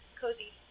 cozy